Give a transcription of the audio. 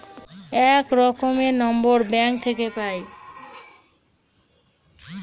এক রকমের number bank থাকে পাই